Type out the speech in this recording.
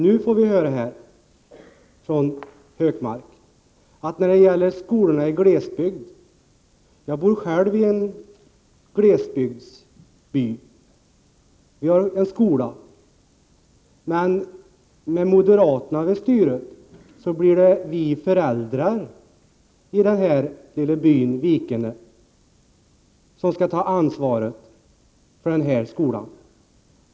Jag bor själv i en glesbygdsby, där vi har en skola. Men nu får vi av Hökmark höra att när det gäller skolorna i glesbygd skulle det med moderaterna vid styret bli så, att vi föräldrar i den här lilla byn, Vikene, fick ta ansvaret för skolan.